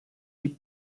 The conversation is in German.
die